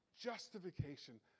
Justification